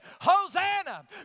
Hosanna